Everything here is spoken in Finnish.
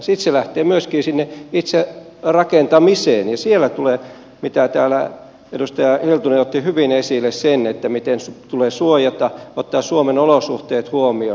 sitten se lähtee myöskin siitä itse rakentamisesta ja siellä tulee se mitä täällä edustaja hiltunen otti hyvin esille miten tulee suojata ottaa suomen olosuhteet huomioon